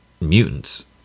mutants